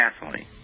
gasoline